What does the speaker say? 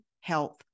health